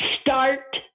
start